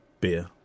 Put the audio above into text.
beer